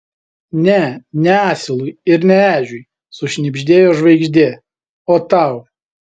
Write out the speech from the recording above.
ne ne asilui ir ne ežiui sušnibždėjo žvaigždė o tau